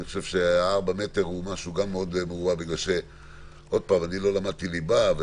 אני חושב ש-4 מטר הוא משהו מאוד --- אני לא למדתי ליב"ה,